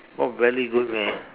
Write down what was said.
pork belly good meh